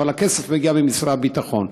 אבל הכסף מגיע ממשרד הביטחון.